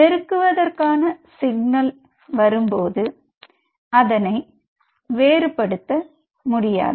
பெருக்குவதற்கான signal வரும்போது அதனை வேறுபடுத்த முடியாது